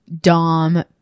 Dom